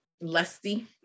lusty